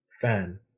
fan